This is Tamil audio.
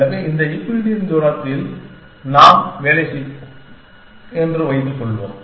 எனவே இந்த யூக்ளிடியன் இடத்தில் நாம் வேலை செய்கிறோம் என்று வைத்துக் கொள்வோம்